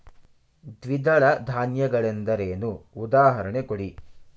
ದ್ವಿದಳ ಧಾನ್ಯ ಗಳೆಂದರೇನು, ಉದಾಹರಣೆ ಕೊಡಿ?